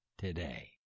today